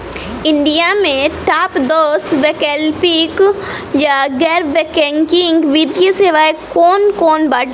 India में top दस वैकल्पिक या गैर बैंकिंग वित्तीय सेवाएं कौन कोन बाटे?